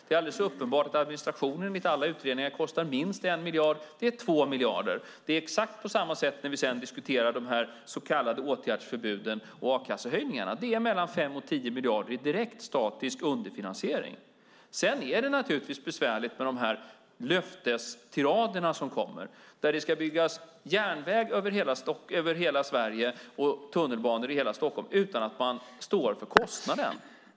Det är alldeles uppenbart att administrationen enligt alla utredningar kostar minst 1 miljard. Det är 2 miljarder. Det är exakt på samma sätt när vi sedan diskuterar de så kallade åtgärdsförbuden och a-kassehöjningarna. Det är mellan 5 och 10 miljarder i direkt, statisk underfinansiering. Det är naturligtvis besvärligt med de löftestirader som kommer. Det ska byggas järnväg över hela Sverige och tunnelbanor i hela Stockholm utan att man står för kostnaden.